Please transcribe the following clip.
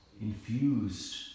infused